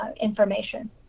information